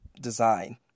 design